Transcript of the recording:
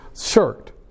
shirt